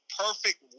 perfect